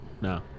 No